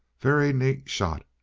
very neat shot.